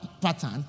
pattern